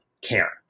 care